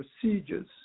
procedures